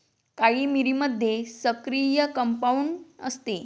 काळी मिरीमध्ये सक्रिय कंपाऊंड असते